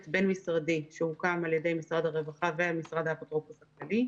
בין-משרדי שהוקם על ידי משרד הרווחה ומשרד האפוטרופוס הכללי.